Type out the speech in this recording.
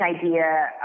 idea